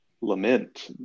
lament